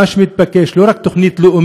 מה שמתבקש הוא לא רק תוכנית לאומית,